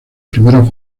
primeros